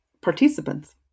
participants